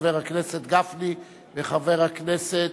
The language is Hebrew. חבר הכנסת גפני וחבר הכנסת,